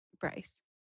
Bryce